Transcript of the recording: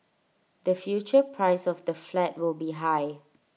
the future price of the flat will be high